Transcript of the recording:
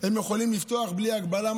הם יכולים לפתוח בלי הגבלה,